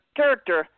character